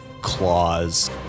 claws